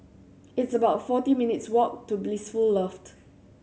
it's about forty minutes' walk to Blissful Loft